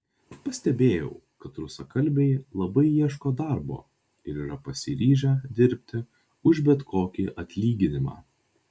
pastebėjau kad rusakalbiai labai ieško darbo ir yra pasiryžę dirbti už bet kokį atlyginimą